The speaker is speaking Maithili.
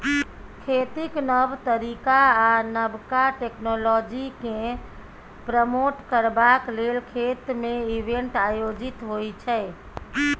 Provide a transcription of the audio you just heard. खेतीक नब तरीका आ नबका टेक्नोलॉजीकेँ प्रमोट करबाक लेल खेत मे इवेंट आयोजित होइ छै